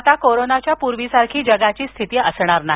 आता कोरोनाच्या पूर्वीसारखी जगाची स्थिती असणार नाही